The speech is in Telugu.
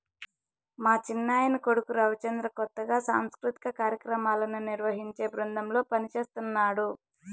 మా చిన్నాయన కొడుకు రవిచంద్ర కొత్తగా సాంస్కృతిక కార్యాక్రమాలను నిర్వహించే బృందంలో పనిజేస్తన్నడు